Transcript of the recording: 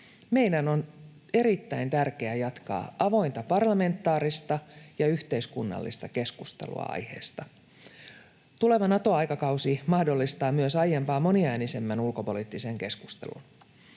meidän on erittäin tärkeää jatkaa avointa parlamentaarista ja yhteiskunnallista keskustelua aiheesta. Tuleva Nato-aikakausi mahdollistaa myös aiempaa moniäänisemmän ulkopoliittisen keskustelun.